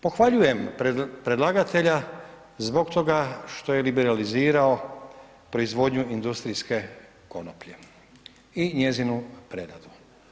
Pohvaljujem predlagatelja, zbog toga što je liberalizirao proizvodnju industrijske konoplje i njezinu preinaku.